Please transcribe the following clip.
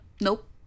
Nope